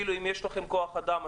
אפילו אם יש לכם כוח אדם,